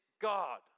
God